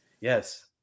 Yes